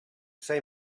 say